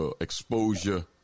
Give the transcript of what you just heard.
exposure